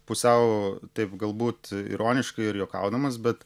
pusiau taip galbūt ironiškai ir juokaudamas bet